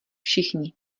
všichni